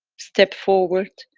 step forward,